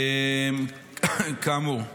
כאמור.